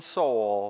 soul